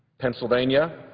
pennsylvania,